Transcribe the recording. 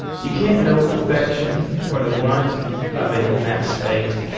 you can't know affection or the want of it in that state.